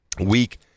week